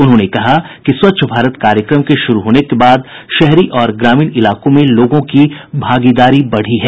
उन्होंने कहा कि स्वच्छ भारत कार्यक्रम के शुरू होने के बाद शहरी और ग्रामीण इलाकों में लोगों की भागीदारी बढ़ी है